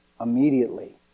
immediately